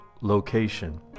location